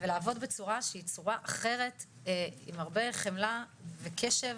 ועבוד בצורה שהיא צורה אחרת עם הרבה חמלה וקשב,